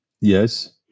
Yes